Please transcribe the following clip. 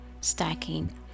stacking